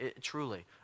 truly